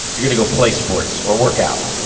you're gonna go play sports or work out,